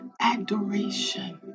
adoration